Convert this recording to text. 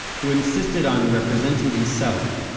who insisted on representing himself,